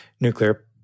nuclear